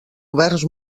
governs